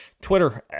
Twitter